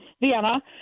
Vienna